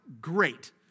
great